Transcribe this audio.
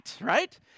right